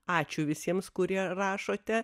ačiū visiems kurie rašote